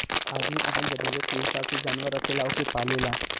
आदमी आपन जरूरत के हिसाब से जानवर रखेला ओके पालेला